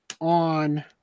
on